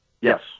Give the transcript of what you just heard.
Yes